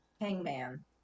hangman